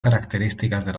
características